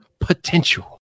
potential